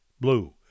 blue